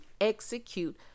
execute